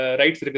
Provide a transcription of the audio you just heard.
rights